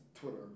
Twitter